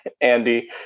andy